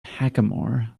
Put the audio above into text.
hackamore